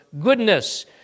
goodness